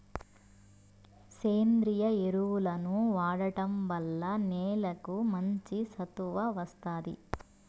సేంద్రీయ ఎరువులను వాడటం వల్ల నేలకు మంచి సత్తువ వస్తాది